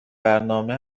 برنامه